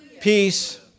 Peace